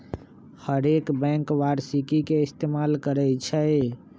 हरेक बैंक वारषिकी के इस्तेमाल करई छई